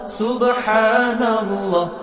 subhanallah